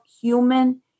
human